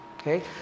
okay